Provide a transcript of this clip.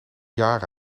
jaar